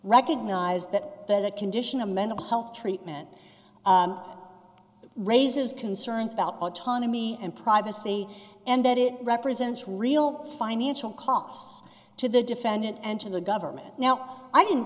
recognise that the condition of mental health treatment raises concerns about autonomy and privacy and that it represents real financial costs to the defendant and to the government now i